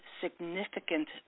significant